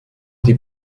die